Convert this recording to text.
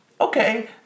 okay